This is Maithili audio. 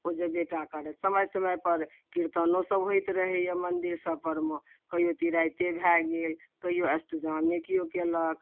ओ जयबेटा करत समय समय पर कीर्तनो सभ होइत रहैए मन्दिरो सभ परमे कहिओ तिराइते भए गेल कहिओ अष्टजामे केओ कयलक